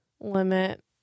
limit